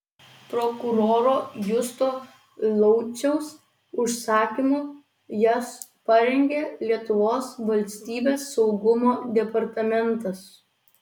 prokuroro justo lauciaus užsakymu jas parengė lietuvos valstybės saugumo departamentas